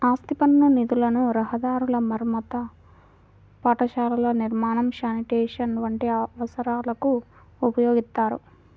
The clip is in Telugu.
ఆస్తి పన్ను నిధులను రహదారుల మరమ్మతు, పాఠశాలల నిర్మాణం, శానిటేషన్ వంటి అవసరాలకు ఉపయోగిత్తారు